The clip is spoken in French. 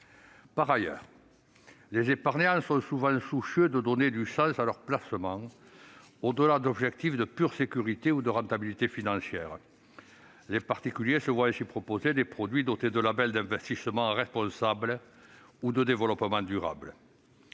Par ailleurs, les épargnants sont souvent soucieux de donner du sens à leurs placements, au-delà d'objectifs de pure sécurité ou de rentabilité financière. Les particuliers se voient ainsi proposer des produits dotés de labels d'investissement responsable ou de développement durable.